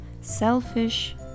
selfish